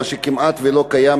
מה שכמעט ולא קיים,